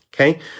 Okay